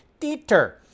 Dieter